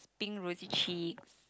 pink rosy cheeks